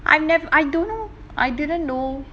I've never I don't know I didn't know